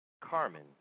Carmen